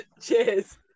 Cheers